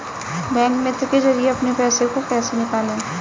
Bank Mitra के जरिए अपने पैसे को कैसे निकालें?